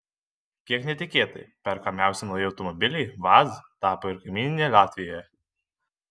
kiek netikėtai perkamiausi nauji automobiliai vaz tapo ir kaimyninėje latvijoje